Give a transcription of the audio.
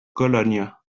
cologne